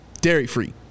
Dairy-free